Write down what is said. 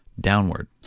downward